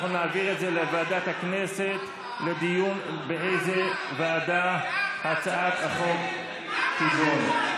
אנחנו נעביר את זה לוועדת הכנסת לדיון באיזו ועדה הצעת החוק תידון.